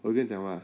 我跟你讲 [what]